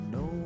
no